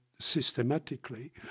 systematically